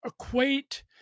equate